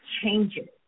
changes